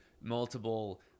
multiple